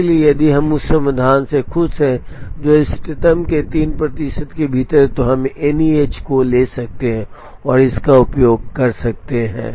इसलिए यदि हम उस समाधान से खुश हैं जो इष्टतम के 3 प्रतिशत के भीतर है तो हम एनईएच को ले सकते हैं और इसका उपयोग कर सकते हैं